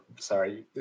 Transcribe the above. sorry